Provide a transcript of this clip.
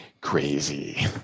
crazy